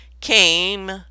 Came